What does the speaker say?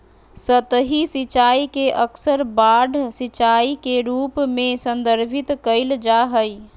सतही सिंचाई के अक्सर बाढ़ सिंचाई के रूप में संदर्भित कइल जा हइ